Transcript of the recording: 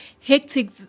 hectic